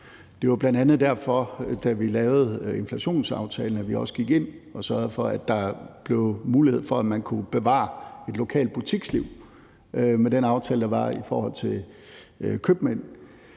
Det var bl.a. derfor, at vi, da vi lavede inflationsaftalen, også gik ind og sørgede for, at der blev mulighed for, at man kunne bevare et lokalt butiksliv med den aftale, der var i forhold til købmænd,